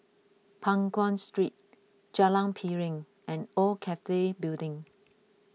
Peng Nguan Street Jalan Piring and Old Cathay Building